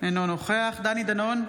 אינו נוכח דני דנון,